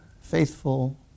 faithful